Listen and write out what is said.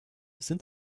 sind